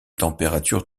températures